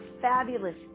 fabulous